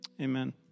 Amen